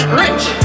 rich